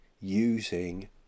using